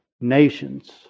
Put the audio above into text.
nations